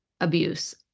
abuse